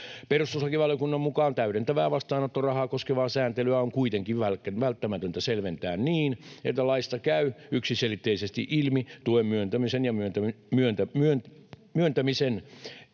Perustuslakivaliokunnan mukaan täydentävää vastaanottorahaa koskevaa sääntelyä on kuitenkin välttämätöntä selventää niin, että laista käy yksiselitteisesti ilmi tuen myöntämisen ja myöntämisen